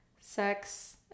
sex